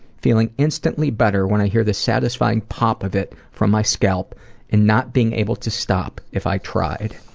feeling instantly better when i hear the satisfying pop of it from my scalp and not being able to stop if i tried.